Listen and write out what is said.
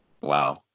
Wow